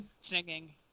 singing